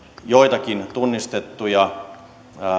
joitakin tunnistettuja